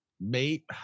Mate